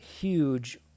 huge